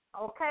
Okay